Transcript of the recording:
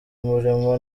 umurimo